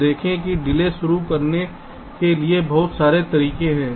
तो देखें कि डिले शुरू करने के लिए बहुत सारे तरीके हैं